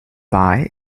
pie